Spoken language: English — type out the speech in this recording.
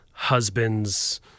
husband's